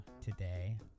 today